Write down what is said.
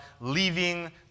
leaving